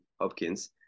Hopkins